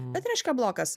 bet reiškia blokas